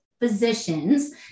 physicians